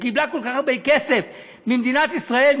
היא קיבלה כל כך הרבה כסף ממדינת ישראל,